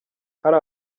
hari